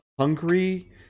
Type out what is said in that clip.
hungry